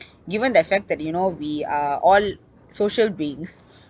given the fact that you know we are all social beings